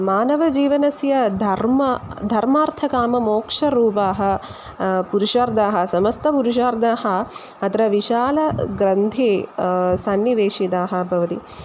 मानवजीवनस्य धर्मः धर्मार्थकाममोक्षरूपााः पुरुषार्थाः समस्तपुरुषार्थाः अत्र विशालग्रन्थे सन्निवेशिताः भवन्ति